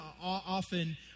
often